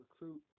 recruit